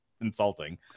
insulting